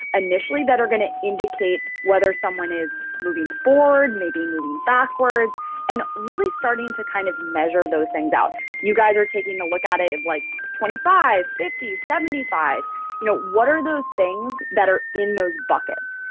initially that are gonna indicate whether someone is moving forward maybe moving backwards and really starting to kind of measure those things out you guys are taking a look at it like twenty five fifty seventy five you know, what are those things that are in those buckets?